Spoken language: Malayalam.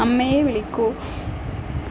അമ്മയെ വിളിക്കു